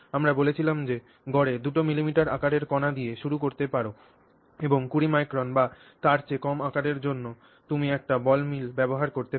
আমরা বলেছিলাম যে গড়ে 2 মিলিমিটার আকারের কণা দিয়ে শুরু করতে পার এবং 20 মাইক্রন বা তার চেয়ে কম আকারের জন্য তুমি একটি বল মিল ব্যবহার করতে পার